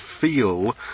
feel